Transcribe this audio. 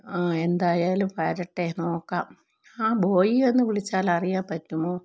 ആ എന്തായാലും വരട്ടെ നോക്കാം ആ ബോയിയെ ഒന്ന് വിളിച്ചാൽ അറിയാന് പറ്റുമോ